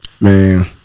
Man